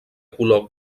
color